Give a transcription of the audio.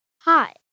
Hi